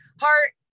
heart